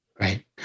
Right